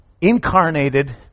incarnated